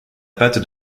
pâte